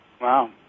Wow